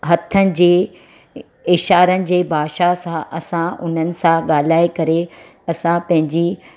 हथनि जे इशारनि जे भाषा सां असां उन्हनि सां ॻाल्हाए करे असां पंहिंजी